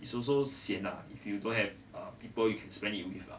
it's also sian lah if you don't have err people you can spend it with ah